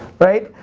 right,